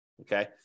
Okay